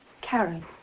Karen